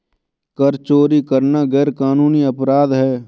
कर चोरी करना गैरकानूनी अपराध है